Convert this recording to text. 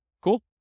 Cool